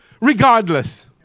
regardless